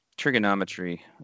Trigonometry